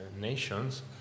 nations